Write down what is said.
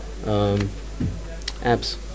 apps